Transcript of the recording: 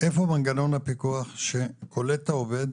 איפה מנגנון הפיקוח שקולט את העובד,